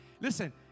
Listen